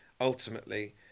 ultimately